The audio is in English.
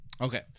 okay